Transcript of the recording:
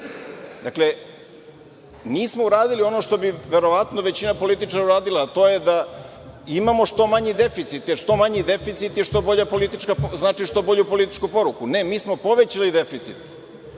godinu. Mi smo uradili ono što bi verovatno većina političara uradila, a to je da imamo što manji deficit, jer što manji deficit znači što bolju političku poruku. Ne, mi smo povećali deficit,